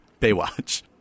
Baywatch